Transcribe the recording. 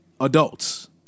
adults